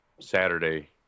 Saturday